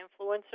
influencers